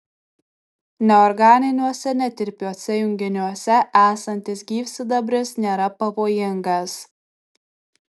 neorganiniuose netirpiuose junginiuose esantis gyvsidabris nėra pavojingas